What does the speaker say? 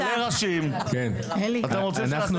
אני רק אענה לחבר